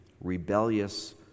rebellious